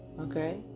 okay